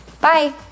Bye